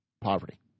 poverty